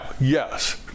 yes